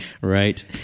Right